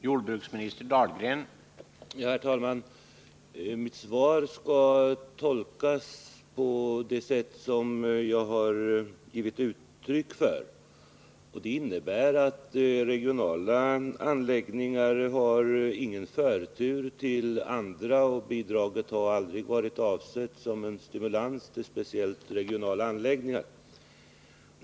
Herr talman! Mitt svar skall tolkas på det sätt som jag har givit uttryck för. Det innebär att regionala anläggningar inte har någon förtur före andra. Bidraget har aldrig varit avsett som någon stimulans till speciellt regionala anläggningar.